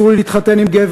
אסור לי להתחתן עם גבר,